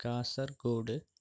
Kasaragod